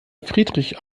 friedrich